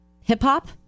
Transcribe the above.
Hip-hop